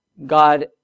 God